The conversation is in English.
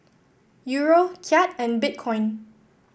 Euro Kyat and Bitcoin